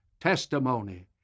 testimony